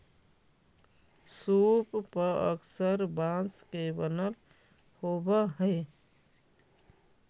सूप पअक्सर बाँस के बनल होवऽ हई